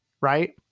right